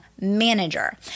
manager